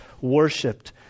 worshipped